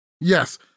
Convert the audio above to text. Yes